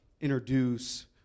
introduce